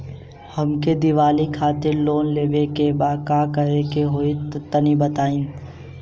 हमके दीवाली खातिर लोन लेवे के बा का करे के होई तनि बताई?